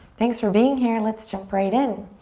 thanks for being here, let's jump right in.